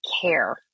care